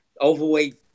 overweight